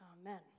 Amen